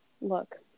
look